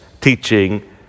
teaching